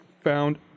found